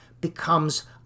becomes